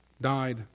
died